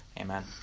Amen